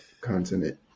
continent